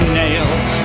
nails